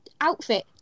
outfit